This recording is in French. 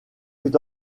est